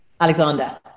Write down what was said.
Alexander